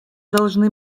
должны